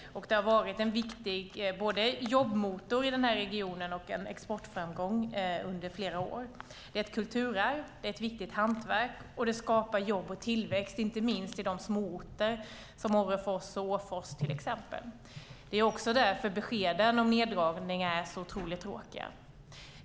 Det har varit en viktig jobbmotor i den här regionen och en exportframgång under flera år. Det är ett kulturarv. Det är ett viktigt hantverk. Och det skapar jobb och tillväxt, inte minst i småorter som Orrefors och Åfors, till exempel. Det är också därför beskeden om neddragningar är otroligt tråkiga.